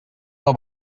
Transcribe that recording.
del